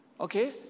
Okay